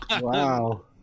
Wow